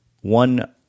One